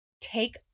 take